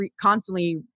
constantly